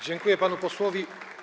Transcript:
Dziękuję panu posłowi.